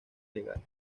legales